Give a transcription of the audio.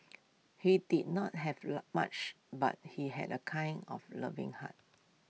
he did not have love much but he had A kind of loving heart